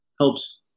helps